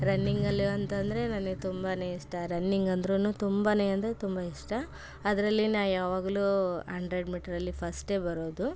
ರನ್ನಿಂಗಲ್ಲಿ ಅಂತಂದರೆ ನನಗೆ ತುಂಬಾ ಇಷ್ಟ ರನ್ನಿಂಗ್ ಅಂದ್ರೂನೂ ತುಂಬಾ ಅಂದರೆ ತುಂಬ ಇಷ್ಟ ಅದರಲ್ಲಿ ನಾ ಯಾವಾಗಲೂ ಹಂಡ್ರೆಡ್ ಮೀಟರಲ್ಲಿ ಫಸ್ಟೇ ಬರೋದು